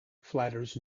flatters